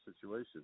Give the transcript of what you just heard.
situation